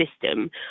system